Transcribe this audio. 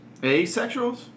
Asexuals